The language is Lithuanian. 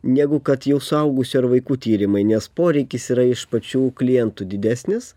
negu kad jau suaugusių ar vaikų tyrimai nes poreikis yra iš pačių klientų didesnis